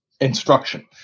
instruction